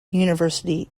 university